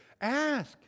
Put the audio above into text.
Ask